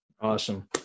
Awesome